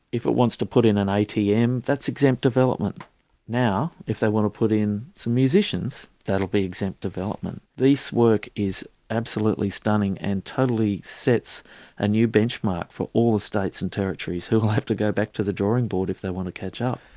if it wants to put in an atm, that is exempt development now if they want to put in some musicians, that will be exempt development. this work is absolutely stunning and totally sets a new benchmark for all the states and territories who will have to go back to the drawing board if they want to catch up.